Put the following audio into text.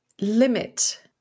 limit